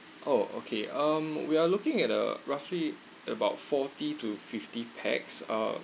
oh okay um we are looking at uh roughly about forty to fifty pax uh